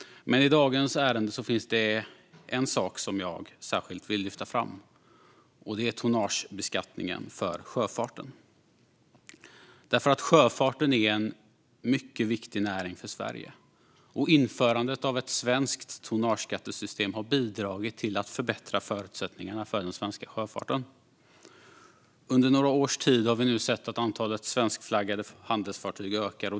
Men i dagens ärende finns det en sak som jag särskilt vill lyfta fram. Det är tonnagebeskattningen av sjöfarten. Sjöfarten är en mycket viktig näring för Sverige, och införandet av ett svenskt tonnageskattesystem har bidragit till att förbättra förutsättningarna för den svenska sjöfarten. Under några års tid har vi sett att antalet svenskflaggade handelsfartyg ökar.